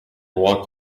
walked